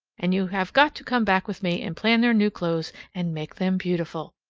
and you have got to come back with me and plan their new clothes and make them beautiful.